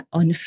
on